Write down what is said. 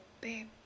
babe